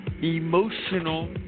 Emotional